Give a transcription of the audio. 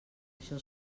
això